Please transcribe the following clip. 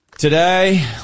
Today